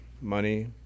money